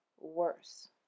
worse